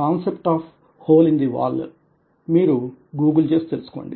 concept of hole in the wall మీరు Google చేసి తెలుసుకోండి